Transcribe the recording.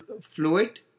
fluid